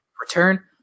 return